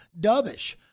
dovish